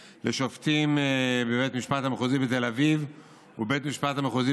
לשופטים בבית המשפט המחוזי בתל אביב ובבית המשפט המחוזי